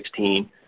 2016